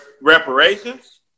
reparations